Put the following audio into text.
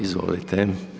Izvolite.